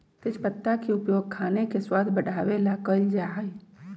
तेजपत्ता के उपयोग खाने के स्वाद बढ़ावे ला कइल जा हई